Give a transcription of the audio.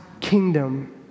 kingdom